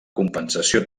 compensació